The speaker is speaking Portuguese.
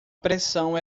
pressão